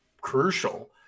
crucial –